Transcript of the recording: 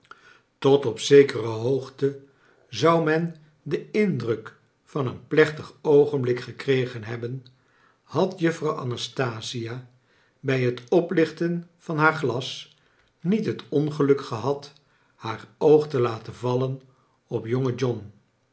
tot op zekere hoogte zou men den indruk van een p lech tig oogenblik gekregen hebbeu had juffrouw anastasia bij het oplichten van haar glas niet het ongeluk gehad haar oog te laten vallen op jonge john